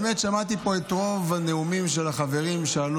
הייתי יכול להסכים, אבל אני אגיד לך, נאור, לא היו